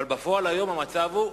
אבל בפועל היום המצב הוא,